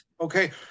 Okay